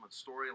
story